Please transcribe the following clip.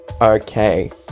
Okay